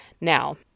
Now